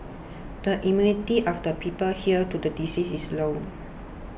the immunity of the people here to the disease is low